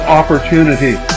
opportunity